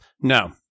No